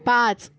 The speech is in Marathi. पाच